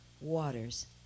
waters